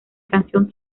canción